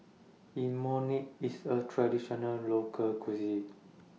Imoni IS A Traditional Local Cuisine